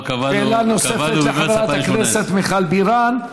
שאלה נוספת לחברת הכנסת מיכל בירן,